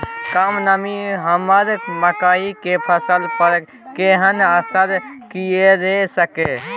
कम नमी हमर मकई के फसल पर केहन असर करिये सकै छै?